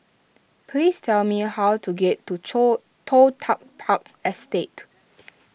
please tell me how to get to Chore Toh Tuck Park Estate